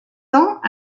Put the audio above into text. ans